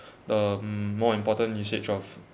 the more important usage of